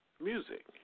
music